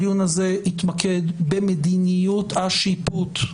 הדיון הזה יתמקד במדיניות השיפוט.